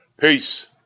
Peace